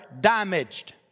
damaged